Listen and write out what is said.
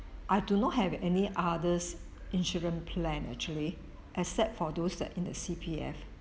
I do not have any others insurance plan actually except for those that in the C_P_F